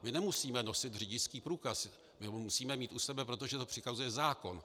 My nemusíme nosit řidičský průkaz, my ho musíme mít u sebe, protože to přikazuje zákon.